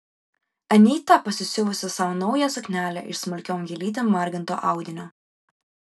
anyta pasisiuvusi sau naują suknelę iš smulkiom gėlytėm marginto audinio